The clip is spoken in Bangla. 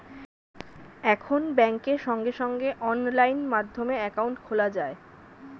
এখন ব্যাংকে সঙ্গে সঙ্গে অনলাইন মাধ্যমে অ্যাকাউন্ট খোলা যায়